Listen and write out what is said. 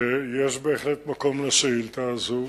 ויש בהחלט מקום לשאילתא הזאת.